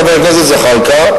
חבר הכנסת זחאלקה,